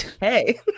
hey